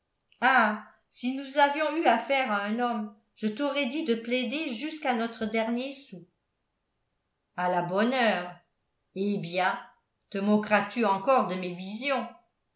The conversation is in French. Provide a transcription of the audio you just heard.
ah si nous avions eu affaire à un homme je t'aurais dit de plaider jusqu'à notre dernier sou à là bonne heure eh bien te moqueras tu encore de mes visions